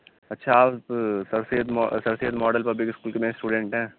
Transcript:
اچھا آپ Sir Syed Sir Syed model public school میں اسٹوڈینٹ ہیں